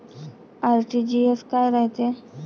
RTGS काय रायते?